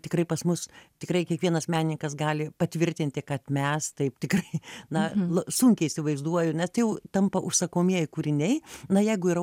tikrai pas mus tikrai kiekvienas meninikas gali patvirtinti kad mes taip tikrai na l sunkiai įsivaizduoju nes tai jau tampa užsakomieji kūriniai na jeigu yra